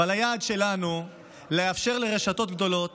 היעד שלנו הוא לאפשר לרשתות גדולות